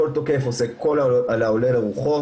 כל תוקף עושה כל העולה על רוחו,